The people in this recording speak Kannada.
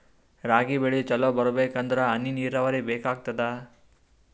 ರಾಗಿ ಬೆಳಿ ಚಲೋ ಬರಬೇಕಂದರ ಹನಿ ನೀರಾವರಿ ಬೇಕಾಗತದ?